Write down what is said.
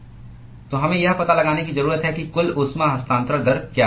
तो हमें यह पता लगाने की जरूरत है कि कुल ऊष्मा हस्तांतरण दर क्या है